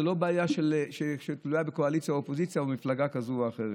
זו לא בעיה שתלויה בקואליציה ואופוזיציה או במפלגה כזו או אחרת.